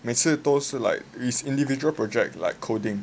每次都是 like is individual project like coding